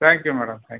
thank you madam thank